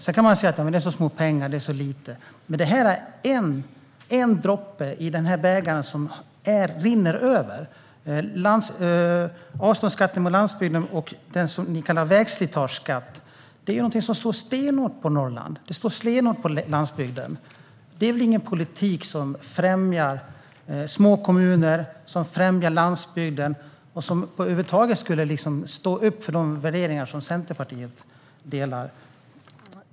Sedan kan man säga att det handlar om så små pengar, att det är så lite, men det här är en droppe som får bägaren att rinna över. Avståndsskatten på landsbygden och det som ni kallar vägslitageskatt är någonting som slår stenhårt mot Norrland och landsbygden. Det är väl ingen politik som främjar små kommuner och landsbygden och som över huvud taget skulle stå upp för de värderingar som Centerpartiet har.